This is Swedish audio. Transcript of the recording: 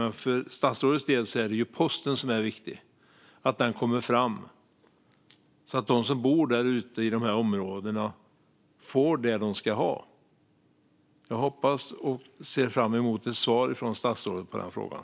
Men för statsrådets del är det viktigt att posten kommer fram så att de som bor i dessa områden får vad de ska ha. Jag ser fram emot ett svar från statsrådet i frågan.